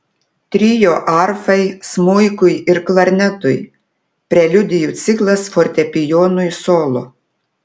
trio arfai smuikui ir klarnetui preliudijų ciklas fortepijonui solo